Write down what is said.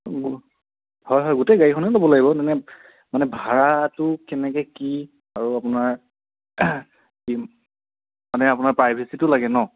হয় হয় গোটেই গাড়ীখনেই ল'ব লাগিব মানে মানে ভাড়াটো কেনেকৈ কি আৰু আপোনাৰ মানে আপোনাৰ প্ৰাইভেচিটো লাগে ন'